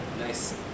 nice